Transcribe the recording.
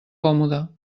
còmode